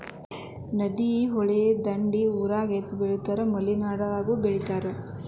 ನದಿ, ಹೊಳಿ ದಂಡಿ ಊರಾಗ ಹೆಚ್ಚ ಬೆಳಿತಾರ ಮಲೆನಾಡಾಗು ಬೆಳಿತಾರ